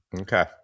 Okay